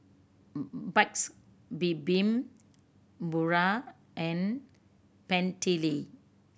Paik's Bibim Pura and Bentley